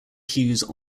hughes